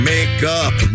Makeup